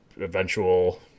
eventual